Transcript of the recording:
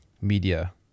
media